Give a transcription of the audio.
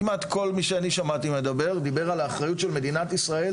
כולם דיברו על האחריות של מדינת ישראל